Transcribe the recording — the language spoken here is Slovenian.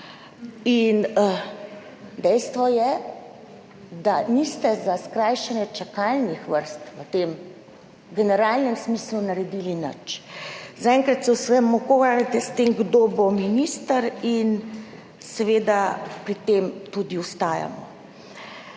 In dejstvo je, da niste za skrajšanje čakalnih vrst v tem generalnem smislu naredili nič. Zaenkrat se ukvarjate s tem, kdo bo minister in seveda pri tem tudi ostajamo.